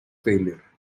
failure